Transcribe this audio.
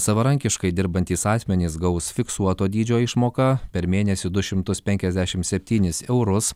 savarankiškai dirbantys asmenys gaus fiksuoto dydžio išmoką per mėnesį du šimtus penkiasdešimt septynis eurus